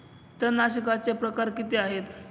तणनाशकाचे प्रकार किती आहेत?